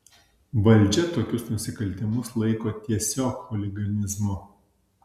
valdžia tokius nusikaltimus laiko tiesiog chuliganizmu